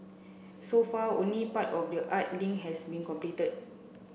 so far only part of the art link has been completed